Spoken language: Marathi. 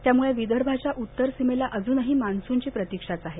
त्यामुळे विदर्भाच्या उत्तर सीमेला अजूनही मान्सूनची प्रतिक्षाच आहे